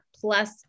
plus